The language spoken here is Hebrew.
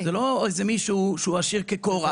זה לא מישהו עשיר כקורח.